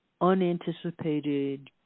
unanticipated